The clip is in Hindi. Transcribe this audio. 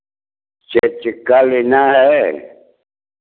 चार चक्का लेना है